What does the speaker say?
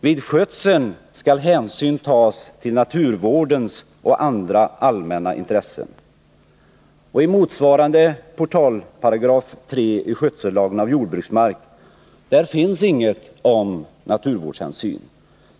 Vid skötseln skall hänsyn tas till naturvårdens och andra allmänna intressen.” I motsvarande portalparagraf 3 i lagen om skötsel av jordbruksmark finns inget stadgande om naturvårdshänsyn.